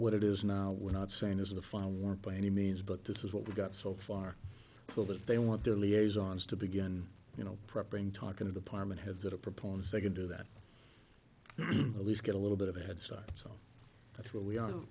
what it is now we're not saying this is the final word by any means but this is what we've got so far so that they want their liaison's to begin you know prepping talking to department heads that are proposed i can do that at least get a little bit of a head start so that's where we are